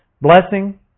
Blessing